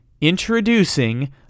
Introducing